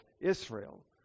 Israel